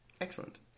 excellent